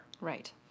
Right